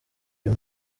uyu